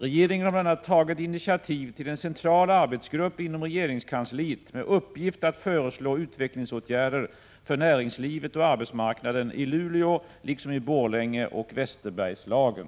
Regeringen har bl.a. tagit initiativ till en central arbetsgrupp inom regeringskansliet med uppgift att föreslå utvecklingsåtgärder för näringslivet och arbetsmarknaden i Luleå, liksom i Borlänge och Västerbergslagen.